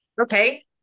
Okay